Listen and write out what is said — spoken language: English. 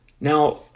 Now